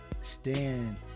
stand